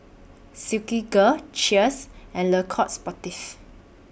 Silkygirl Cheers and Le Coq Sportif